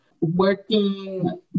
Working